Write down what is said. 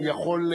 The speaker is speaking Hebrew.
הוא יכול,